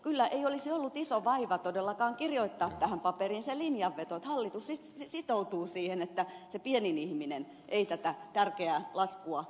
kyllä ei olisi ollut iso vaiva todellakaan kirjoittaa tähän paperiin se linjanveto että hallitus sitoutuu siihen että se pienin ihminen ei tätä tärkeää laskua maksa